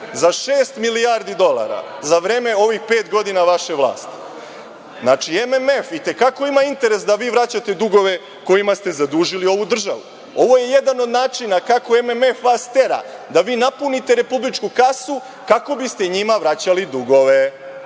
šest milijardi dolara za vreme ovih pet godina vaše vlasti. Znači, MMF i te kako ima interes da vi vraćate dugove kojima ste zadužili ovu državu. Ovo je jedan od načina kako MMF vas tera da vi napunite republičku kasu kako biste njima vraćali dugove.